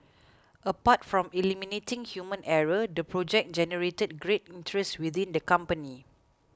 apart from eliminating human error the project generated great interest within the company